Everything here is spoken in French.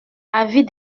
avis